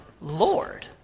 Lord